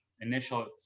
initial